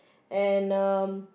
and um